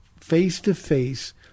face-to-face